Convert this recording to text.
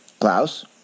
Klaus